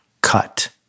cut